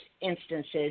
instances